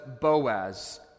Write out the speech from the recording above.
Boaz